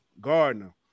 Gardner